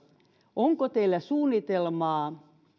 onko teillä suunnitelmaa